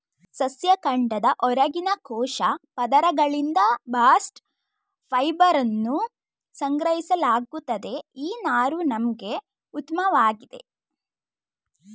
ಸಸ್ಯ ಕಾಂಡದ ಹೊರಗಿನ ಕೋಶ ಪದರಗಳಿಂದ ಬಾಸ್ಟ್ ಫೈಬರನ್ನು ಸಂಗ್ರಹಿಸಲಾಗುತ್ತದೆ ಈ ನಾರು ನಮ್ಗೆ ಉತ್ಮವಾಗಿದೆ